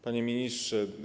Panie Ministrze!